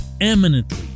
eminently